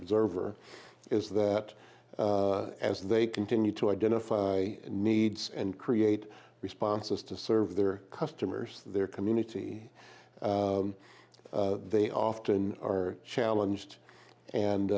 observer is that as they continue to identify needs and create responses to serve their customers their community they often are challenged and